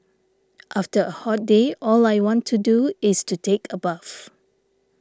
after a hot day all I want to do is to take a bath